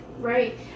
Right